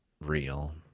real